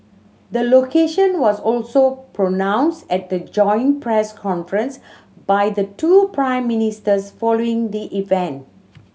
the location was also pronounced at the joint press conference by the two Prime Ministers following the event